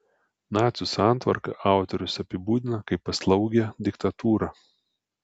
nacių santvarką autorius apibūdina kaip paslaugią diktatūrą